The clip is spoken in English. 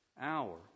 hour